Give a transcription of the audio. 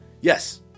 yes